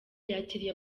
yakiriye